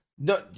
No